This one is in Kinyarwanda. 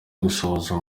gusoza